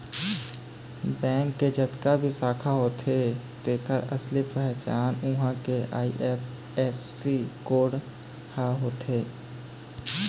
bank के जतका भी शाखा होथे तेखर असली पहचान उहां के आई.एफ.एस.सी कोड ह होथे